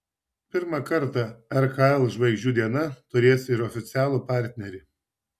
pirmą kartą rkl žvaigždžių diena turės ir oficialų partnerį